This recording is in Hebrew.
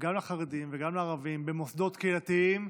גם לחרדים וגם לערבים, במוסדות קהילתיים,